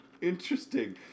Interesting